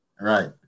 Right